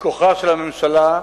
מכוחה של הממשלה,